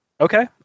Okay